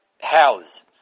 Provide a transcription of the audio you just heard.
house